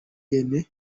rene